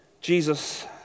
Jesus